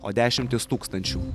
o dešimtys tūkstančių